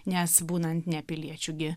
nes būnant ne piliečiu gi